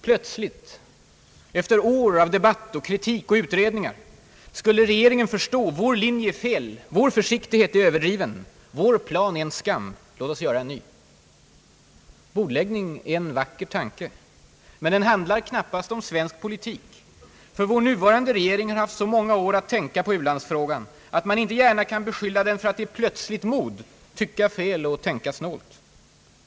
Plötsligt, efter år av debatt och kritik och utredningar, skulle regeringen förstå: vår linje är fel, vår försiktighet är överdriven, vår plan är en skam, låt oss göra en ny. Bordläggning är en vacker tanke, men den handlar knappast om svensk politik. Vår nuvarande regering har haft så många år att tänka på u-landsfrågan, att man inte gärna kan beskylla den för att i plötsligt mod tycka fel och tänka snålt.